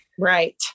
Right